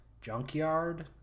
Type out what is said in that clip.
junkyard